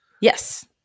Yes